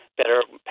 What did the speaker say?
better